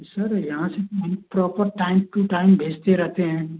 sir यहाँ से तो नही प्रोपर टाइम टु टाइम भेजते रहते हैं